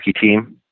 team